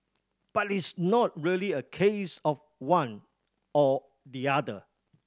but it's not really a case of one or the other